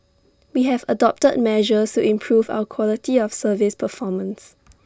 we have adopted measures to improve our quality of service performance